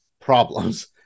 problems